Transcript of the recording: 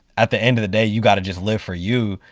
at the end of the day, you got to just live for you.